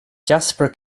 jasper